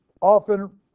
often